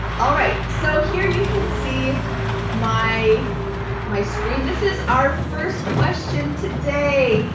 all right. so here you can see my my screen. this is our first question today.